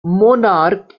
monarch